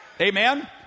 Amen